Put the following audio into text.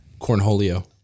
cornholio